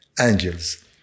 angels